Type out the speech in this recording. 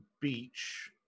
beach